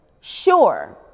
Sure